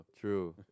True